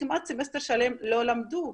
כמעט סמסטר שלם לא למדו.